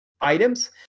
items